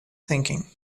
thinking